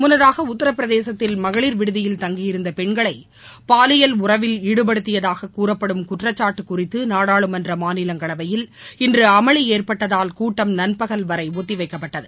முள்ளதாக உத்தரபிரதேசத்தில் மகளிா் விடுதியில் தங்கியிருந்தபெண்களைபாலியல் உறவில் ஈடுபடுத்தியதாகக் கூறப்படும் குற்றச்சாட்டுகுறித்துநாடாளுமன்றமாநிலங்களவையில் இன்றுஅமளிஏற்பட்டதால் கூட்டம் நண்பகல் வரைஒத்திவைக்கப்பட்டது